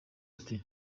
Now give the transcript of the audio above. ati